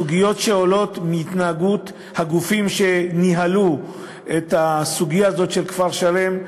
יש סוגיות שעולות מהתנהגות הגופים שניהלו את הסוגיה הזאת של כפר-שלם,